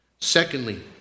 Secondly